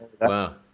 Wow